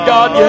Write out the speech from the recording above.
God